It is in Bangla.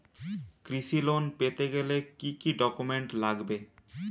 কৃষি লোন পেতে গেলে কি কি ডকুমেন্ট লাগবে?